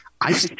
I-